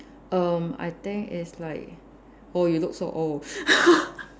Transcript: erm I think it's like oh you look so old